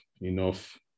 enough